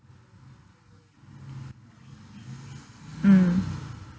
mm